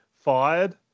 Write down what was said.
fired